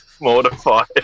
mortified